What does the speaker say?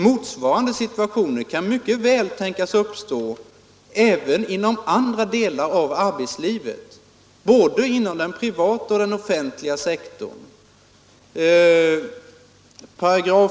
Motsvarande situationer kan mycket väl tänkas uppstå även inom andra delar av arbetslivet, både inom den privata och den offentliga sektorn.